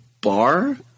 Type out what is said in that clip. bar